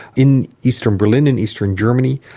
in eastern berlin, in eastern germany,